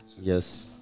Yes